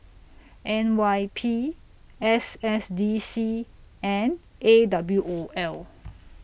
N Y P S S D C and A W O L